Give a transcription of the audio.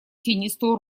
тенистую